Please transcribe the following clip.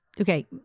Okay